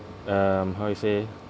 um how you say